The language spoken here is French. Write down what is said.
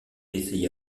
essaya